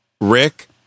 Rick